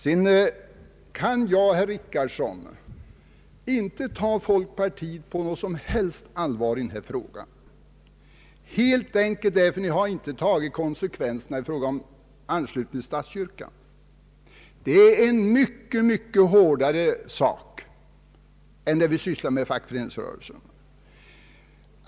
Sedan kan jag, herr Richardson, inte ta folkpartiet på något som helst allvar i denna sak, helt enkelt därför att det inte tagit konsekvenserna i fråga om anslutning till statskyrkan. Det är en mycket allvarligare sak än frågan om kollektivanslutning till fackföreningsrörelsen.